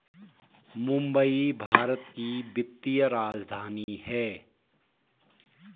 मुंबई भारत की वित्तीय राजधानी है